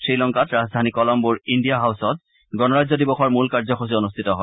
শ্ৰীলংকাত ৰাজধানী কলম্বোৰ ইণ্ডিয়া হাউচত গণৰাজ্য দিৱসৰ মূল কাৰ্যসূচী অনুষ্ঠিত হয়